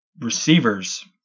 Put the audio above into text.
receivers